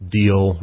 deal